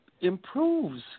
improves